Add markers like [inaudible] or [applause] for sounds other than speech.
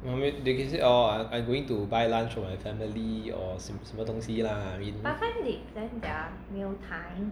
no I [noise] they can say orh I going to buy lunch for my family or 什么什么东西 lah